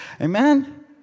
Amen